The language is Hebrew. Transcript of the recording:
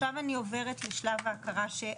עכשיו אני עוברת לשלב ההכרה,